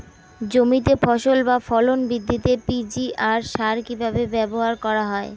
জমিতে ফসল বা ফলন বৃদ্ধিতে পি.জি.আর সার কীভাবে ব্যবহার করা হয়?